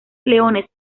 leones